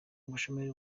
ubushomeri